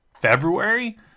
February